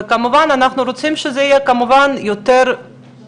ואנחנו כמובן רוצים שזה יהיה יותר זול,